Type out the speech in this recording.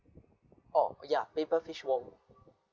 oh oh ya paper fish wong